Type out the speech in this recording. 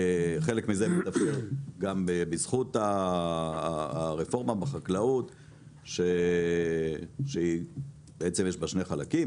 חלק מזה מתפקד גם בזכות הרפורמה בחקלאות שהיא בעצם יש בה שני חלקים,